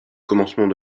commencement